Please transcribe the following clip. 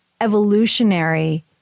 evolutionary